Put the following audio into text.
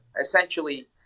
essentially